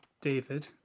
david